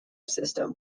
system